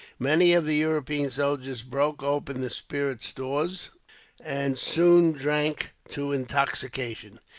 many of the european soldiers broke open the spirit stores and soon drank to intoxication.